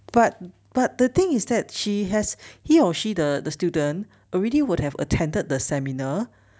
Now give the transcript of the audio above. but but the thing is that she has he or she the the student already would have attended the seminar